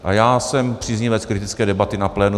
A já jsem příznivcem kritické debaty na plénu.